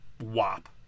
wop